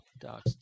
dogs